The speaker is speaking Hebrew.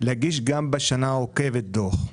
להגיש גם בשנה העוקבת דוח.